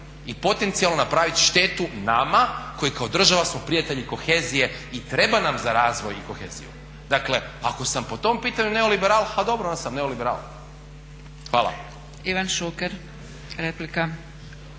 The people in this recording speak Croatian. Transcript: i potencijalno napravit štetu nama koji kao država smo prijatelji kohezije i treba nam za razvoj i koheziju. Dakle, ako sam po tom pitanju neoliberal, ha dobro onda sam neoliberal. Hvala. **Zgrebec, Dragica